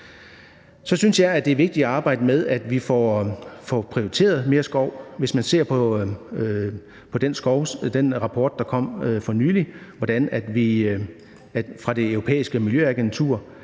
Så synes jeg også, at det er vigtigt at arbejde med, at vi får prioriteret mere skov. Hvis man ser på den rapport, der kom for nylig fra Det Europæiske Miljøagentur,